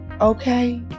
Okay